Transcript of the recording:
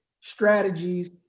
strategies